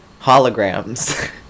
holograms